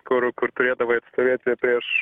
kur kur turėdavai atstovėti prieš